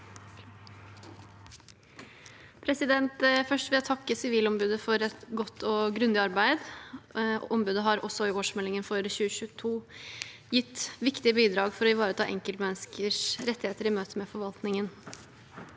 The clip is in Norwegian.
Først vil jeg takke Sivilombudet for et godt og grundig arbeid. Ombudet har også i årsmeldingen for 2022 gitt viktige bidrag for å ivareta enkeltmenneskers rettigheter i møte med forvaltningen.